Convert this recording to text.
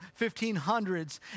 1500s